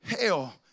Hell